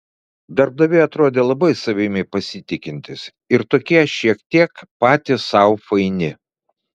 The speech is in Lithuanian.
darbdaviai atrodė labai savimi pasitikintys ir tokie šiek tiek patys sau faini